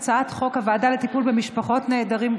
הצעת חוק הוועדה לטיפול במשפחות נעדרים.